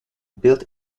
built